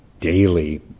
daily